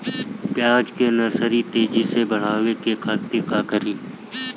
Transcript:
प्याज के नर्सरी तेजी से बढ़ावे के खातिर का करी?